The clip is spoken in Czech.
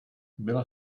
byla